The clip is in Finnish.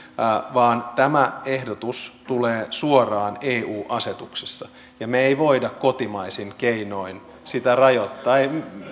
vaan tämä ehdotus tulee suoraan eu asetuksesta ja me emme voi kotimaisin keinoin sitä rajoittaa